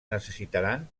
necessitaran